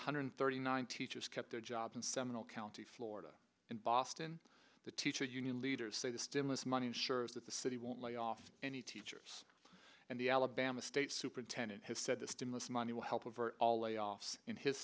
hundred thirty nine teachers kept their jobs in seminole county florida and boston the teachers union leaders say the stimulus money ensures that the city won't lay off any teachers and the alabama state superintendent has said the stimulus money will help avert all layoffs in his